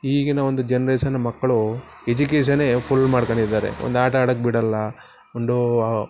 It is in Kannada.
ಈಗಿನ ಒಂದು ಜನ್ರೇಷನ್ನಿನ ಮಕ್ಕಳು ಎಜುಕೇಷನ್ನೇ ಫುಲ್ ಮಾಡ್ಕೊಂಡಿದ್ದಾರೆ ಒಂದು ಆಟ ಆಡೋಕೆ ಬಿಡೋಲ್ಲ ಒಂದು